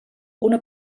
una